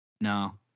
No